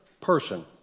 person